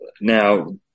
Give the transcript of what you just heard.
now